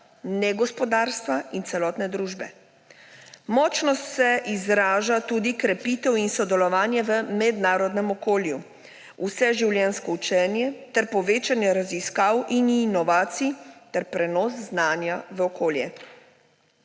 negospodarstva in celotne družbe. Močno se izraža tudi krepitev in sodelovanje v mednarodnem okolju, vseživljenjsko učenje ter povečanje raziskav in inovacij ter prenos znanja v okolje.